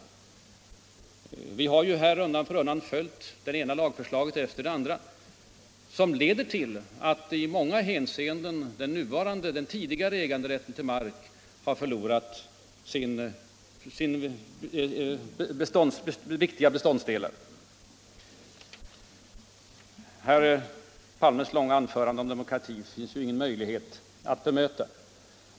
Men vad är egentligen det långsiktiga målet? Vi har ju kunnat registrera det ena lagförslaget efter det andra som alla medfört att den tidigare äganderätten till mark i många hänseenden har förlorat sin substans. Herr Palmes långa anförande om demokratin finns det ingen möjlighet att nu bemöta.